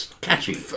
Catchy